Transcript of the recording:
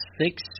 six